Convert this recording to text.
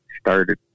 started